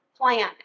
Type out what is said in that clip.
plan